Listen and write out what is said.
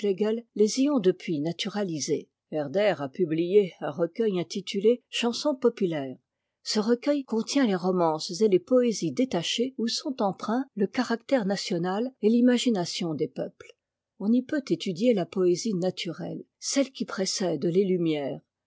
les y ont depuis naturalisées herder a publié un recueil intitulé chansonspopulaires ce recueil contient les romances et les poésies détachées où sont empreints le caractère national et l'imagination des peuples on y peut étudier la poésie naturelle celle qui précède les lumières